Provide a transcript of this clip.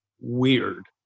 weird